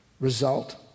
result